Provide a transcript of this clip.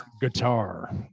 guitar